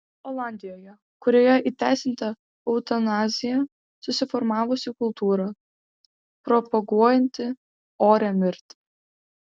olandijoje kurioje įteisinta eutanazija susiformavusi kultūra propaguojanti orią mirtį